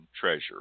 treasure